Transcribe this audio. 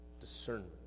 discernment